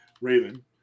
Raven